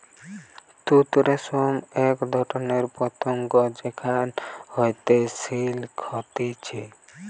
তুত রেশম এক ধরণের পতঙ্গ যেখান হইতে সিল্ক হতিছে